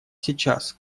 сейчас